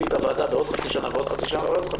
את הוועדה בעוד חצי שנה ועוד חצי שנה,